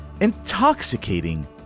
intoxicating